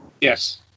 Yes